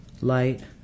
Light